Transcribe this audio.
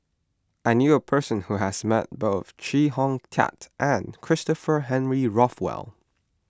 I knew a person who has met both Chee Hong Tat and Christopher Henry Rothwell